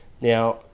now